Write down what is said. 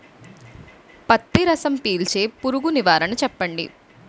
పత్తి రసం పీల్చే పురుగు నివారణ చెప్పండి?